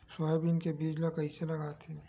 Soybean के बीज ल कइसे लगाथे?